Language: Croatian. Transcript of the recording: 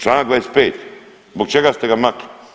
Članak 25. zbog čega ste ga makli?